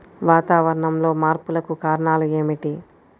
వాతావరణంలో మార్పులకు కారణాలు ఏమిటి?